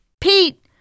Pete